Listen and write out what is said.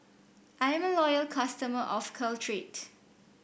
I'm a loyal customer of Caltrate